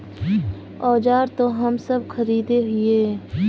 औजार तो हम सब खरीदे हीये?